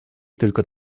tylko